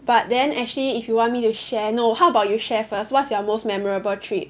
but then actually if you want me to share no how about you share first what's your most memorable trip